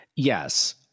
Yes